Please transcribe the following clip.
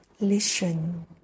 Listen